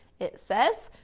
it says,